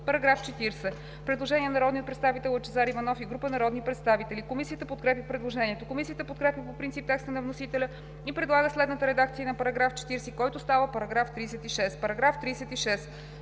По § 40 има предложение на народния представител Лъчезар Иванов и група народни представители. Комисията подкрепя предложението. Комисията подкрепя по принцип текста на вносителя и предлага следната редакция на § 40, който става § 36: „§ 36.